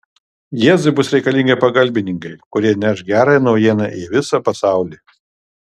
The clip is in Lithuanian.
jėzui bus reikalingi pagalbininkai kurie neš gerąją naujieną į visą pasaulį